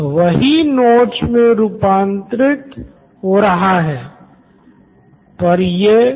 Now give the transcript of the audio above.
Siddharth Maturi CEO Knoin electronics शैक्षणिक स्तर पर छात्र को बाकी सब भी समझ आ जाएगा अगर उनको विषय की ठीक समझ आ गयी तो